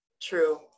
True